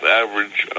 average